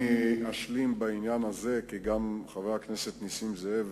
אשלים בעניין הזה, כי גם חבר הכנסת נסים זאב